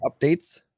updates